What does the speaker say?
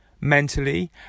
mentally